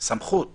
סמכות